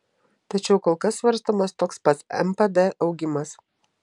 tačiau kol kas svarstomas toks pat npd augimas